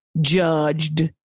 judged